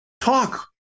talk